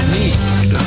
need